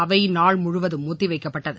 அவைநாள் முழுவதும் ஒத்திவைக்கப்பட்டது